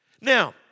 Now